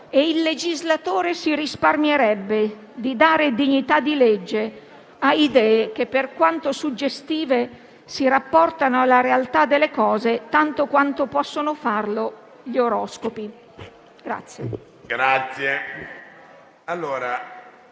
e il legislatore si risparmierebbe di dare dignità di legge a idee che, per quanto suggestive, si rapportano alla realtà delle cose tanto quanto possono farlo gli oroscopi.